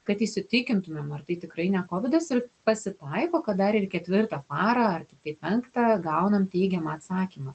kad įsitikintumėm ar tai tikrai ne kovidas ir pasitaiko kad dar ir ketvirtą parą ar tai penktą gaunam teigiamą atsakymą